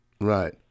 Right